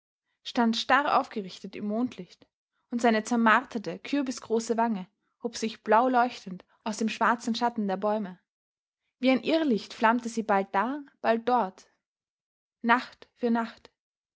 stand starr aufgerichtet im mondlicht und seine zermarterte kürbisgroße wange hob sich blauleuchtend aus dem schwarzen schatten der bäume wie ein irrlicht flammte sie bald da bald dort nacht für nacht